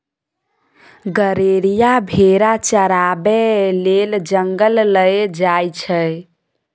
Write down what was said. गरेरिया भेरा चराबै लेल जंगल लए जाइ छै